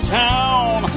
town